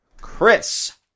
Chris